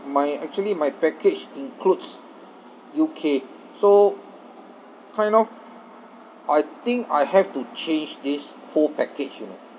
my actually my package includes U_K so kind of I think I have to change this whole package you know